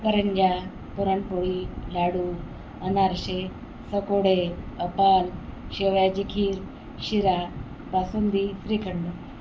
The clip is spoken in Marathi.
करंज्या पुरणपोळी लाडू अनारसे सकोडे अपाल शेवयाची खीर शिरा बासुंदी श्रीखंड